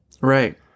Right